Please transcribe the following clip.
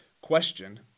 question